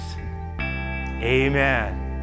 amen